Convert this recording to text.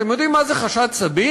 אתם יודעים מה זה חשד סביר?